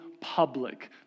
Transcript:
public